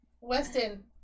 Weston